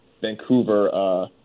Vancouver